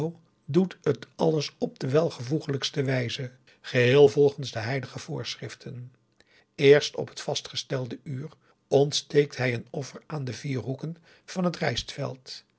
doet het alles op de welvoegelijkste wijze geheel volgens de heilige voorschriften eerst op het vastgestelde uur ontsteekt hij een augusta de wit orpheus in de dessa offer aan de vier hoeken van het rijstveld